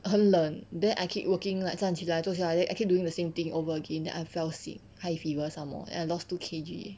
很冷 then I keep working like 站起来坐下来 then I keep doing the same thing over again then I fell sick high fever some more then I lost two K_G